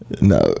No